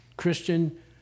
Christian